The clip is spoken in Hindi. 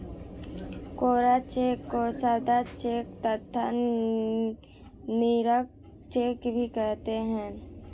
कोरा चेक को सादा चेक तथा निरंक चेक भी कहते हैं